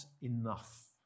enough